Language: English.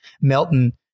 Melton